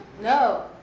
No